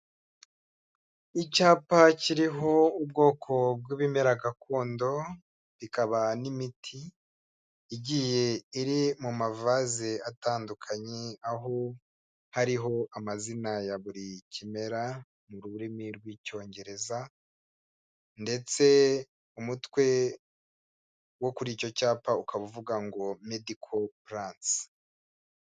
Icyapa kiriho ibimera gakondo bikaba n'imiti igiye iri m umavaze agiye atandukanye aho hariho amazina ya buri kimera mu rurimi rw'icyongereza ndatse umutwe wo kuri icyo cyapa ukaba uvuga ngo medical plants.